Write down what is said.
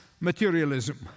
materialism